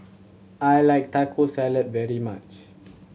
I like Taco Salad very much